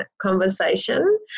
conversation